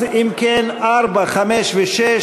אז אם כן, 4, 5 ו-6,